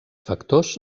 factors